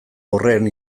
aurrean